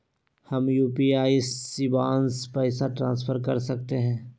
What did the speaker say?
हम यू.पी.आई शिवांश पैसा ट्रांसफर कर सकते हैं?